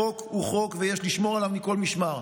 חוק הוא חוק ויש לשמור עליו מכל משמר.